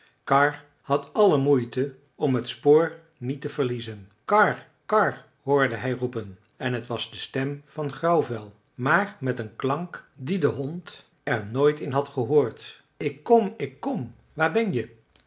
karr had alle moeite om het spoor niet te verliezen karr karr hoorde hij roepen en t was de stem van grauwvel maar met een klank dien de hond er nooit in had gehoord ik kom ik kom waar ben je